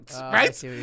right